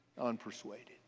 unpersuaded